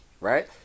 right